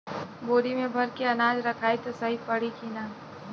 बोरी में भर के अनाज रखायी त सही परी की ना?